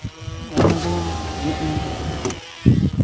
ᱱᱚᱜᱼᱚᱭᱱᱟ ᱜᱮ ᱤᱧᱟᱹᱜ ᱢᱮᱱ ᱛᱮᱱᱟᱜ ᱫᱚ